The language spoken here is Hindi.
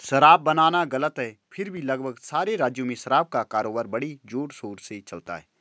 शराब बनाना गलत है फिर भी लगभग सारे राज्यों में शराब का कारोबार बड़े जोरशोर से चलता है